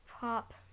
pop